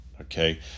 okay